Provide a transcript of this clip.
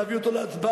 להביא אותו להצבעה,